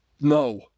No